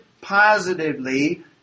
positively